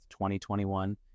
2021